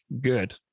Good